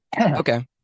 Okay